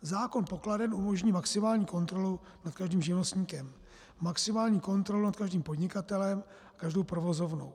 Zákon pokladen umožní maximální kontrolu nad každým živnostníkem, maximální kontrolu nad každým podnikatelem, každou provozovnou.